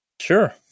Sure